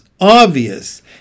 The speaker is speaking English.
obvious